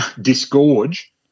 disgorge